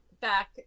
back